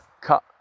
cut